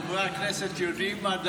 חברי הכנסת יודעים מה דעתי.